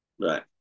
Right